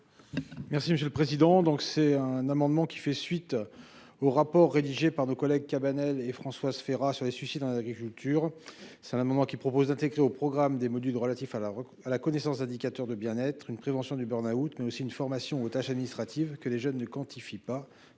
Merci monsieur le président, donc c'est un amendement qui fait suite au rapport rédigé par nos collègues Cabanel et Françoise Férat sur les suicides en agriculture, c'est un amendement qui propose d'intégrer au programme des modules relatifs à la à la connaissance, indicateurs de bien-être, une prévention du burn-out mais aussi une formation aux tâches administratives que les jeunes ne quantifie pas